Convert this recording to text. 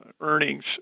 earnings